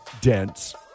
dense